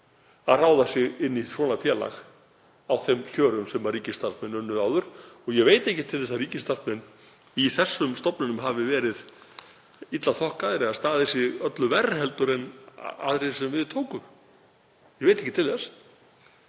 að ráða sig inn í svona félag á þeim kjörum sem ríkisstarfsmenn unnu á áður. Og ég veit ekki til þess að ríkisstarfsmenn í þessum stofnunum hafi verið illa þokkaðir eða staðið sig öllu verr en aðrir sem við tóku. Ég veit ekki til þess.